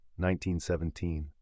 1917